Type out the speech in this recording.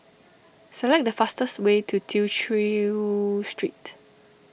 select the fastest way to Tew Chew Street